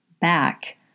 back